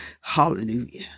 Hallelujah